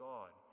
God